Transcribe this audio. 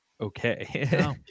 okay